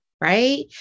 right